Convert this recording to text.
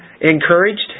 encouraged